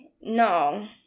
no